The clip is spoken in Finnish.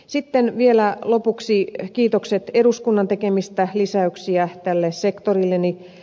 sitten vielä lopuksi kiitokset eduskunnan tekemistä lisäyksistä sektorilleni